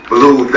Blue